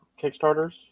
Kickstarters